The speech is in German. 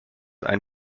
ein